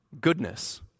goodness